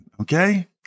okay